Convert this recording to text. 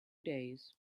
days